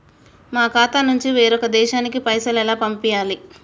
మా ఖాతా నుంచి వేరొక దేశానికి పైసలు ఎలా పంపియ్యాలి?